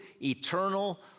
eternal